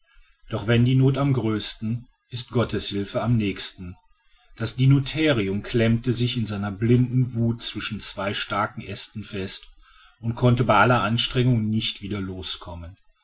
doch wenn die not am größten ist gottes hilfe am nächsten das dinotherium klemmte sich in seiner blinden wut zwischen zwei starke äste fest und konnte bei aller anstrengung nicht wieder loskommen